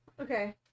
Okay